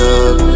up